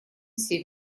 все